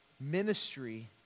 ministry